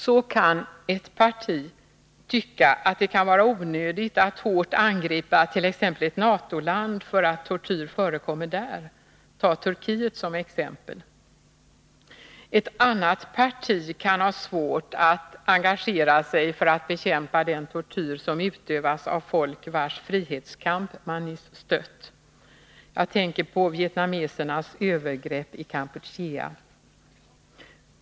Så kan ett parti tycka att det kan vara onödigt att hårt angripa t.ex. ett NATO-land för att tortyr förekommer där. Ta Turkiet som exempel. Ett annat parti kan ha svårt att engagera sig för att bekämpa den tortyr som utövas av ett folk, vars frihetskamp man nyss stött. Jag tänker på vietnamesernas övergrepp i Kampuchea.